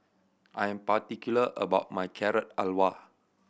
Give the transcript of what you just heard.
I am particular about my Carrot Halwa